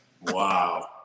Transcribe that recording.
Wow